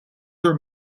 were